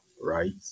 right